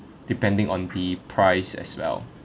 depending on the price as well